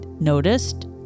noticed